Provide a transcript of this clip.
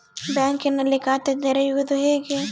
ಬ್ಯಾಂಕಿನಲ್ಲಿ ಖಾತೆ ತೆರೆಯುವುದು ಹೇಗೆ?